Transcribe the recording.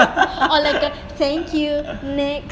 !alah! tak thank you next